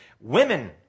Women